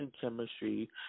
Chemistry